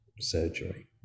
surgery